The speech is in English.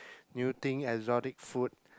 new thing exotic food